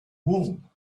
wool